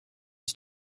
his